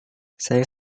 sayang